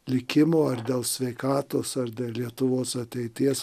likimo ar dėl sveikatos ar dėl lietuvos ateities